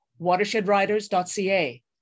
watershedriders.ca